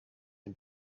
can